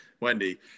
Wendy